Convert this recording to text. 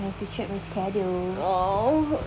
I have to check my schedule